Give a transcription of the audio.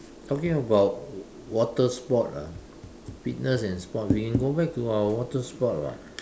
talking about water sport ah fitness and sport we can go back to our water sport [what]